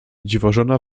dziwożona